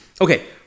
Okay